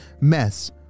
mess